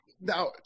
now